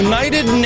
United